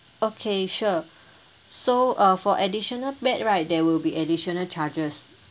okay sure so uh for additional bed right there will be additional charges